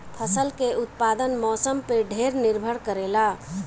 फसल के उत्पादन मौसम पे ढेर निर्भर करेला